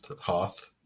Hoth